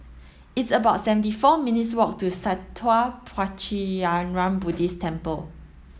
it's about seventy four minutes walk to Sattha Puchaniyaram Buddhist Temple